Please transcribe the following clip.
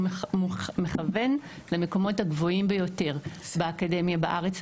הוא מכוון למקומות הגבוהים ביותר באקדמיה בארץ,